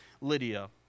Lydia